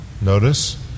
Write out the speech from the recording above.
notice